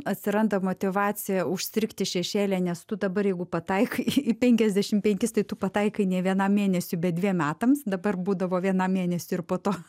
atsiranda motyvacija užstrigti šešėlyje nes tu dabar jeigu pataikai į penkiasdešim penkis tai tu pataikai ne vienam mėnesiui bet dviem metams dabar būdavo vienam mėnesiui ir po to